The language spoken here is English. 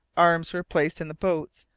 arms were placed in the boats,